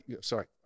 sorry